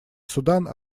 судан